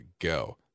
go